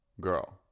girl